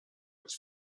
its